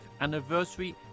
anniversary